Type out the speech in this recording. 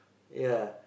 ya